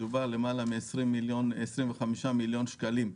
מדובר על מכרז של למעלה מ-25 מיליון שקלים.